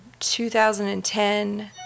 2010